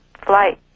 flight